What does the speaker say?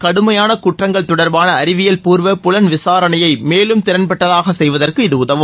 கடுமையான குற்றங்கள் தொடர்பான அறிவியல் பூர்வ புலன் விசாரணையை மேலும் திறன்பட்டதாக செய்வதற்கு இது உதவும்